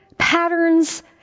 Patterns